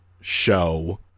show